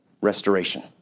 restoration